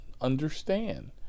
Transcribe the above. understand